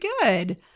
good